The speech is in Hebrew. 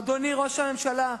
אדוני ראש הממשלה,